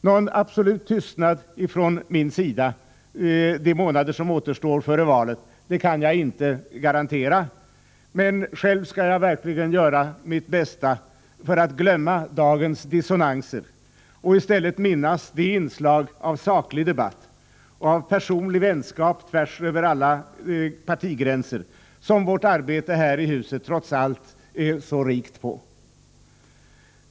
Någon absolut tystnad från min sida de månader som återstår till valet kan jag inte garantera, men själv skall jag verkligen göra mitt bästa för att glömma dagens dissonanser och i stället minnas de inslag av saklig debatt och av personlig vänskap tvärsöver alla partigränser som vårt arbete här i huset trots allt är så rikt på.